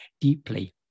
deeply